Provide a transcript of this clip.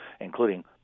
including